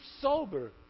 sober